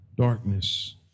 darkness